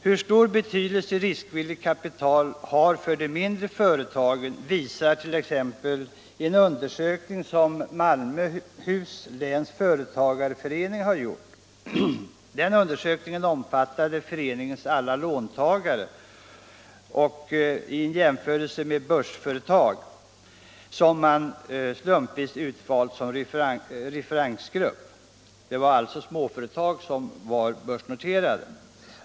Hur stor betydelse riskvilligt kapital har för de mindre företagen visar t.ex. en undersökning som Malmöhus läns företagareförening har gjort. Den undersökningen omfattade föreningens alla låntagare i jämförelse med börsföretag, som man slumpvis utvalt som referensgrupp — alltså börsnoterade småföretag.